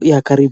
ya karibu.